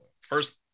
first